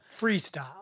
Freestyle